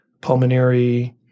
pulmonary